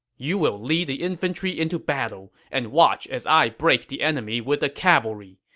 you will lead the infantry into battle, and watch as i break the enemy with the cavalry,